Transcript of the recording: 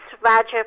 roger